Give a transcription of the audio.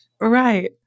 right